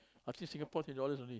I think Singapore eight dollars only